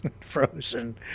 Frozen